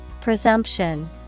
Presumption